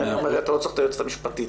אתה לא צריך את היועצת המשפטית,